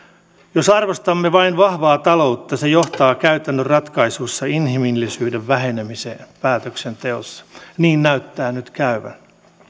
jos arvostamme vain vahvaa taloutta se johtaa käytännön ratkaisuissa inhimillisyyden vähenemiseen päätöksenteossa niin näyttää nyt käyvän